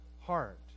heart